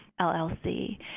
LLC